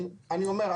אני אומר,